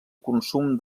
consum